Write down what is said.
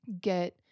get